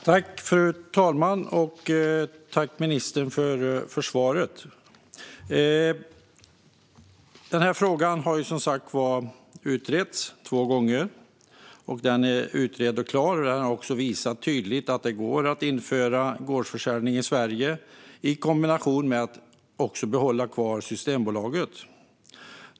Fru talman! Tack, ministern, för svaret! Den här frågan har utretts två gånger. Den är utredd och klar, och man har också visat tydligt att det går att införa gårdsförsäljning i Sverige i kombination med att behålla Systembolaget.